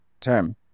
term